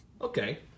Okay